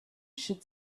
should